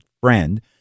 friend